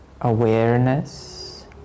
awareness